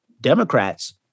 Democrats